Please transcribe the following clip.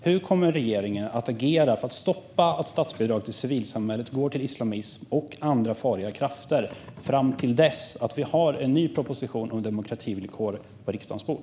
Hur kommer regeringen att agera för att stoppa att statsbidrag till civilsamhället går till islamism och andra farliga krafter fram till dess att vi har en ny proposition om demokrativillkor på riksdagens bord?